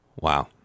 Wow